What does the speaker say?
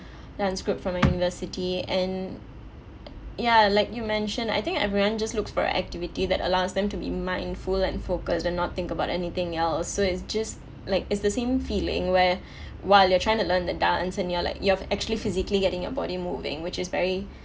dance group from my university and ya like you mentioned I think everyone just looks for activity that allows them to be mindful and focused and not think about anything else so it's just like it's the same feeling where while you're trying to learn the dance and you're like you're actually physically getting your body moving which is very